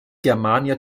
germania